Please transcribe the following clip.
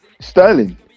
Sterling